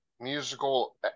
musical